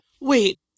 Wait